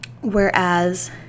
Whereas